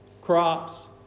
crops